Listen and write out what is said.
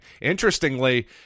interestingly